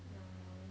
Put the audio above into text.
ya lor